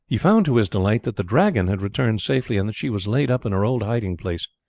he found to his delight that the dragon had returned safely, and that she was laid up in her old hiding-place.